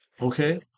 Okay